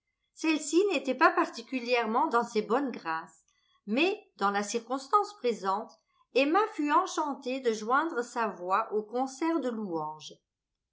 celle-ci n'était pas particulièrement dans ses bonnes grâces mais dans la circonstance présente emma fut enchantée de joindre sa voix au concert de louanges